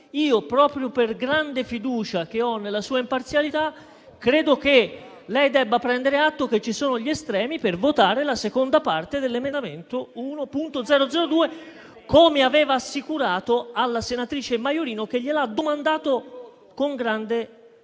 Proprio per la grande fiducia che ho nella sua imparzialità, credo che lei debba prendere atto che ci sono gli estremi per votare la seconda parte dell'emendamento 1.1002, come ha assicurato alla senatrice Maiorino, che gliel'aveva domandato con grande accuratezza.